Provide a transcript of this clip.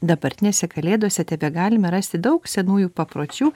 dabartinėse kalėdose tebegalime rasti daug senųjų papročių